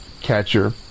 catcher